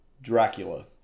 Dracula